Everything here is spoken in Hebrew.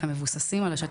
הם מבוססים על השטח.